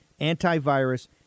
antivirus